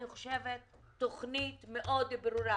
אני חושבת שצריך תוכנית מאוד ברורה,